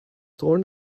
torn